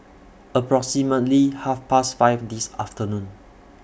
approximately Half Past five This afternoon